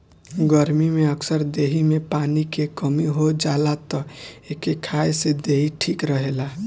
गरमी में अक्सर देहि में पानी के कमी हो जाला तअ एके खाए से देहि ठीक रहेला